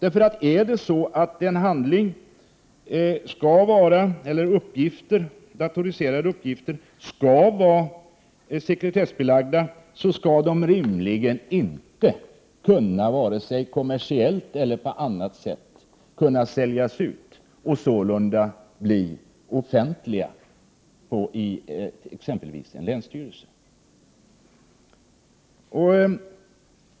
Är det så att datoriserade uppgifter skall vara sekretessbelagda, skall de rimligen inte kunna — inte vare sig kommersiellt eller på annat sätt — säljas ut och sålunda bli offentliga i t.ex. en länsstyrelse. Herr talman!